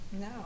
No